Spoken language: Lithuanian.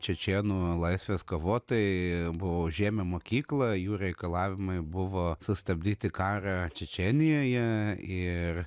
čečėnų laisvės kovotojai buvo užėmę mokyklą jų reikalavimai buvo sustabdyti karą čečėnijoje ir